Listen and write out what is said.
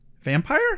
Vampire